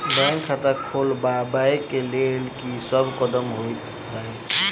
Bank खाता खोलबाबै केँ लेल की सब कदम होइ हय?